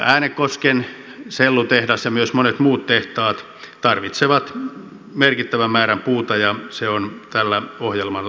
äänekosken sellutehdas ja myös monet muut tehtaat tarvitsevat merkittävän määrän puuta ja se on tällä ohjelmalla toteutettavissa